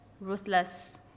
ruthless